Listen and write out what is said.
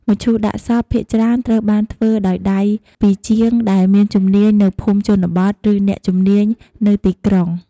មឈូសដាក់សពភាគច្រើនត្រូវបានធ្វើដោយដៃពីជាងដែលមានជំនាញនៅភូមិជនបទ ឬអ្នកជំនាញនៅទីក្រុង។